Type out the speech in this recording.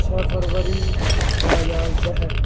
छह फरवरी ॿ हज़ार ॾह